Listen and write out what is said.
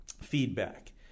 feedback